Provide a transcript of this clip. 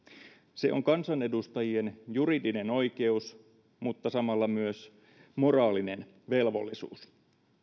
se on kansanedustajien juridinen oikeus mutta samalla myös moraalinen velvollisuus